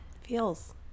Feels-